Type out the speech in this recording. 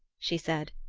she said.